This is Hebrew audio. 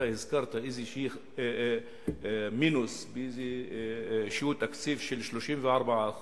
אתמול אתה הזכרת איזשהו מינוס באיזשהו תקציב של 34%,